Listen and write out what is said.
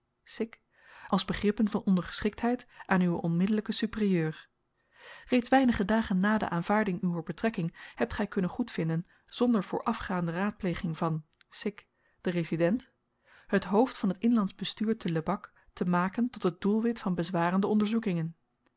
sic als begrippen van ondergeschiktheid aan uwen onmiddelijken superieur reeds weinige dagen na de aanvaarding uwer betrekking hebt gij kunnen goedvinden zonder voorafgaande raadpleging van sic den resident het hoofd van het inlandsch bestuur te lebak te maken tot het doelwit van bezwarende onderzoekingen